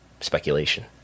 speculation